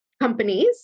companies